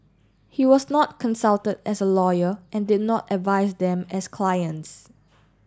he was not consulted as a lawyer and did not advise them as clients